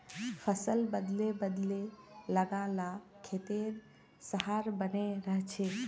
फसल बदले बदले लगा ल खेतेर सहार बने रहछेक